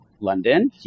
London